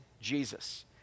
Jesus